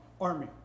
Army